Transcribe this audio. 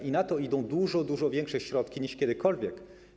I na to idą dużo, dużo większe środki niż kiedykolwiek.